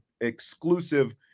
exclusive